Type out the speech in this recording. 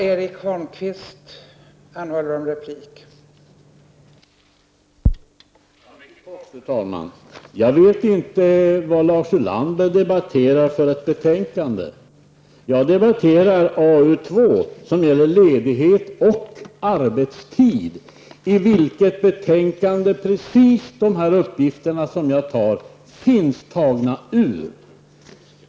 Fru talman! Mycket kort. Jag vet inte vad Lars Ulander debatterar för ett betänkande. Jag debatterar AU2 som gäller ledighet och arbetstid. Det är precis från det betänkandet jag har tagit de uppgifter som jag har fört fram i debatten.